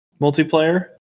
multiplayer